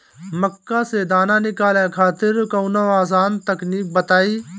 मक्का से दाना निकाले खातिर कवनो आसान तकनीक बताईं?